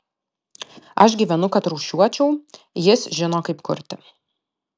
aš gyvenu kad rūšiuočiau jis žino kaip kurti